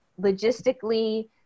logistically